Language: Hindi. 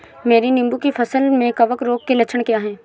मेरी नींबू की फसल में कवक रोग के लक्षण क्या है?